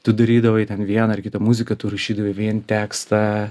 tu darydavai ten vieną ar kitą muziką tur rašydavai vien tekstą